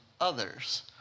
others